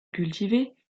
cultivé